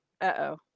Uh-oh